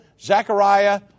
Zechariah